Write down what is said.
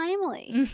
timely